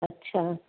अच्छा